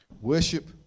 Worship